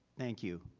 thank you.